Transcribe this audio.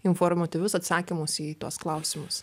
informatyvius atsakymus į tuos klausimus